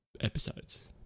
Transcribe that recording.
episodes